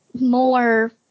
more